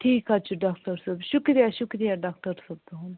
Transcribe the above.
ٹھیٖک حظ چھُ ڈاکٹر صٲب شکریہ شکریہ ڈاکٹر صٲب تُہنٛد